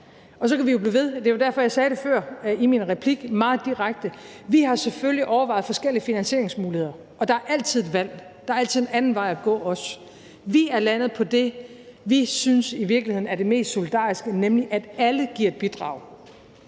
Og så kunne vi jo blive ved. Det var derfor, jeg sagde det før i min replik meget direkte: Vi har selvfølgelig overvejet forskellige finansieringsmuligheder, og der er altid et valg; der er altid også en anden vej at gå. Vi er landet på det, vi i virkeligheden synes er det mest solidariske, nemlig at alle giver et bidrag.